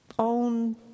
own